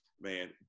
man